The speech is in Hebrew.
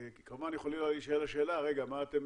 כי כמובן יכולה להישאל השאלה למה אתם